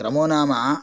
क्रमो नाम